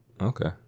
Okay